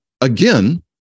again